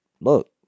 look